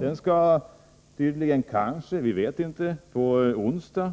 Den skall kanske komma till stånd på onsdag,